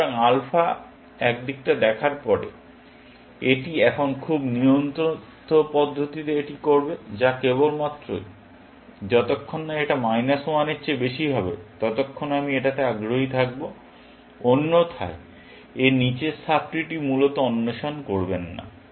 সুতরাং আলফা একদিকটা দেখার পরে এটি এখন খুব নিয়ন্ত্রিত পদ্ধতিতে এটি করবে যা কেবলমাত্র যতক্ষণ না এটা মাইনাস 1 এর চেয়ে বেশি হবে ততক্ষণ আমি এটাতে আগ্রহী থাকব অন্যথায় এর নীচের সাব ট্রিটি মূলত অন্বেষণ করবেন না